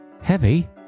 Heavy